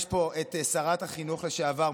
שרת החינוך לשעבר פה,